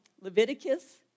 Leviticus